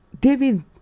David